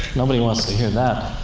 nobody wants to hear that.